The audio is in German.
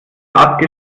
art